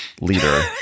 leader